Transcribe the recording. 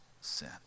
sin